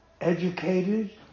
educated